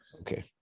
okay